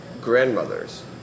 grandmothers